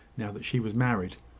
now that she was married.